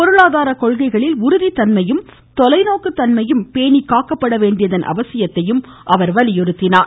பொருளாதார கொள்கைகளில் உறுதி தன்மையும் தொலைநோக்கு தன்மையும் பேணி காக்கப்பட வேண்டியதன் அவசியத்தையும் அவர் வலியுறுத்தினார்